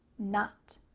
not.